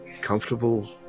comfortable